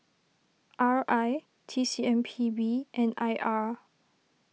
R I T C M P B and I R